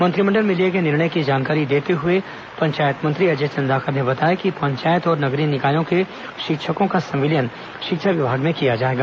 मंत्रिमंडल में लिए गए निर्णयों की जानकारी देते हुए पंचायत मंत्री अजय चंद्राकर ने बताया कि पंचायत और नगरीय निकायों के शिक्षकों का संविलियन शिक्षा विभाग में किया जाएगा